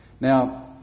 Now